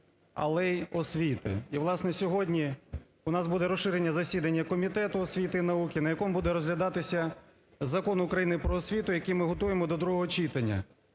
але й освіти. І, власне, сьогодні у нас буде розширене засідання комітету освіти і науки, на якому буде розглядатися Закон України про освіту, який ми готуємо до другого читання.